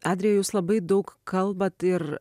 adrija jūs labai daug kalbat ir